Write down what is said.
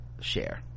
share